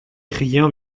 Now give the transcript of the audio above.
rien